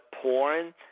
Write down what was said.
porn